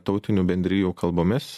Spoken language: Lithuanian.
tautinių bendrijų kalbomis